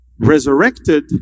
resurrected